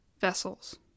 vessels